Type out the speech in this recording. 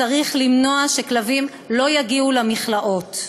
צריך למנוע, שכלבים לא יגיעו למכלאות.